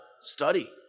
Study